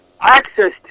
access